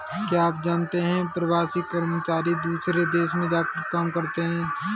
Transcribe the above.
क्या आप जानते है प्रवासी कर्मचारी दूसरे देश में जाकर काम करते है?